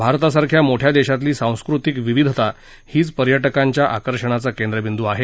भारतासारख्या मोठया देशातली सांस्कृतिक विविधता हीच पर्यटकांच्या आर्कषणाचा केंद्रबिंदू आहे